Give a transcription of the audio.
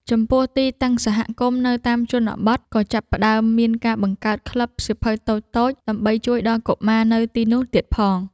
ចំពោះ ទីតាំងសហគមន៍នៅតាមជនបទ ក៏ចាប់ផ្ដើមមានការបង្កើតក្លឹបសៀវភៅតូចៗដើម្បីជួយដល់កុមារនៅទីនោះទៀតផង។